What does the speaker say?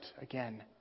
again